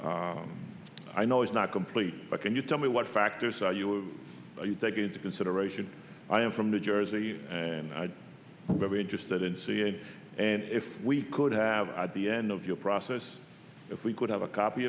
areas i know it's not complete but can you tell me what factors you take into consideration i am from new jersey and i'd be interested to see it and if we could have at the end of your process if we could have a copy